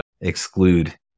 exclude